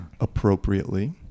appropriately